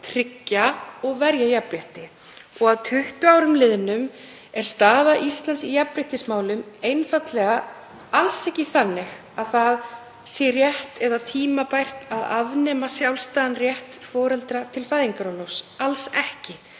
tryggja og verja jafnrétti. Að 20 árum liðnum er staða Íslands í jafnréttismálum einfaldlega alls ekki þannig að það sé rétt eða tímabært að afnema sjálfstæðan rétt foreldra til fæðingarorlofs, alls ekki.